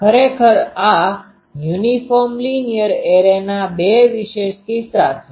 ખરેખર આ uniform linear એરેના બે વિશેષ કિસ્સા છે